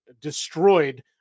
destroyed